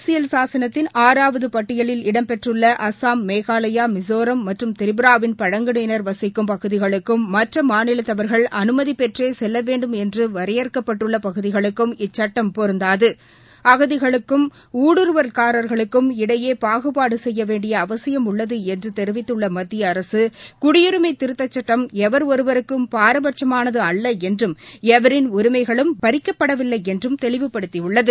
அரசியல் சாசனத்தின் ஆறாவது பட்டியலில் இடம்பெற்றள்ள அசாம் மேகாலயா மிசோரம் மற்றும் திரிபுராவின் பழங்குடியினர் வசிக்கும் பகுதிகளுக்கும் மற்ற மாநிலத்தவர்கள் அனுமதிபெற்றே செல்லவேண்டும் என வரையறுக்கப்பட்டுள்ள பகுதிகளுக்கும் இச்சட்டம் பொருந்தாது அகதிகளுக்கும் ஊடுருவல்காரர்களுக்கும் இடையே பாகுபாடு செய்ய வேண்டிய அவசியம் உள்ளது என்று தெரிவித்துள்ள மத்திய அரசு குடியுரிமை திருத்தச் சுட்டம் எவர் ஒருவருக்கும் பாரபட்சமானது அல்ல என்றும் எவரின் உரிமைகளும் பறிக்கப்படவில்லை என்றும் தெளிவுபடுத்தியுள்ளது